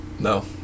no